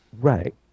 right